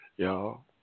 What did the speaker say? Y'all